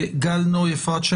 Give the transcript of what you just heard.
נוי אפרת.